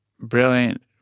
Brilliant